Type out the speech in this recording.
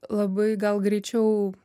labai gal greičiau